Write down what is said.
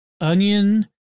onion